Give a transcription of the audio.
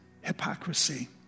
hypocrisy